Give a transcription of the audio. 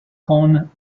cone